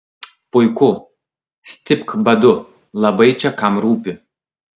puiku stipk badu labai čia kam rūpi